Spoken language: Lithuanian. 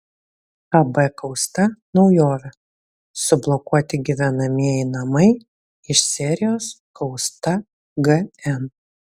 ab kausta naujovė sublokuoti gyvenamieji namai iš serijos kausta gn